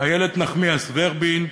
איילת נחמיאס ורבין,